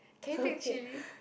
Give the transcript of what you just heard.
can you take chilli